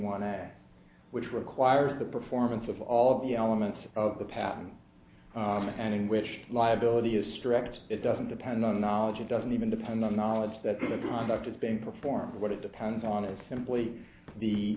one which requires the performance of all of the elements of the patent and in which liability is direct it doesn't depend on knowledge it doesn't even depend on knowledge that the conduct is being performed what it depends on is simply the